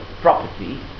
property